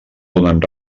donen